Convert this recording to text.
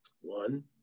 one